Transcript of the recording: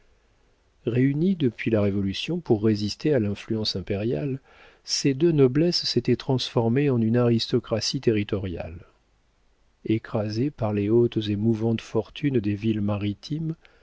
réunies depuis la révolution pour résister à l'influence impériale ces deux noblesses s'étaient transformées en une aristocratie territoriale écrasé par les hautes et mouvantes fortunes des villes maritimes